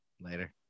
later